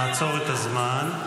נעצור את הזמן.